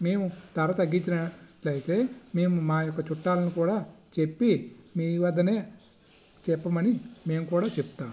మేము ధర తగ్గించినట్టయితే మేము మా యొక్క చుట్టాలని కూడా చెప్పి మీ వద్దనే చెప్పమని మేము కూడా చెప్తాం